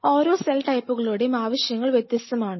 ഓരോ സെൽ ടൈപ്പുകളുടെയും ആവശ്യങ്ങൾ വ്യത്യസ്തമാണ്